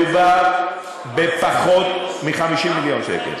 מדובר בפחות מ-50 מיליון שקל.